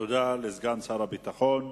תודה לסגן שר הביטחון.